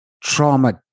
trauma